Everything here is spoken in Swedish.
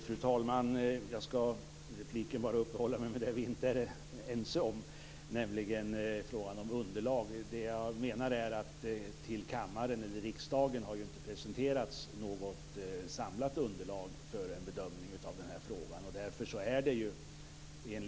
Fru talman! Jag skall i repliken bara uppehålla mig vid det som vi inte är ense om, nämligen frågan om underlag. Det jag menar är att det till kammaren eller riksdagen inte har presenterats något samlat underlag för en bedömning av den frågan.